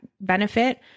benefit